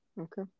Okay